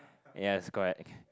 yes correct